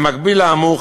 במקביל לאמור,